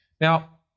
Now